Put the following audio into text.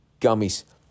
gummies